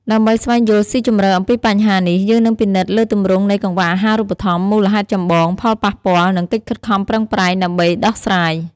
ដើម្បីស្វែងយល់ស៊ីជម្រៅអំពីបញ្ហានេះ យើងនឹងពិនិត្យលើទម្រង់នៃកង្វះអាហារូបត្ថម្ភ មូលហេតុចម្បង ផលប៉ះពាល់ និងកិច្ចខិតខំប្រឹងប្រែងដើម្បីដោះស្រាយ។